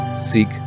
seek